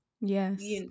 Yes